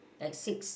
like six